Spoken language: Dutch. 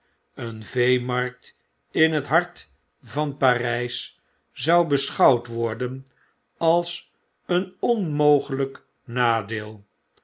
een veemarkt in het hart van parijs zou beschouwd worden als een onmogelijknadeel